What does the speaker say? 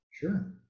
Sure